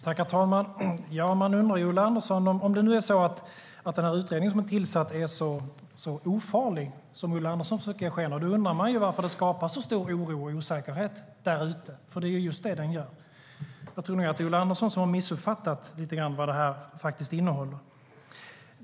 Herr talman! Om utredningen är så ofarlig som Ulla Andersson försöker ge sken av undrar jag varför den skapar så stor oro och osäkerhet där ute, för det gör den. Jag tror att Ulla Andersson lite grann har missuppfattat vad den innehåller.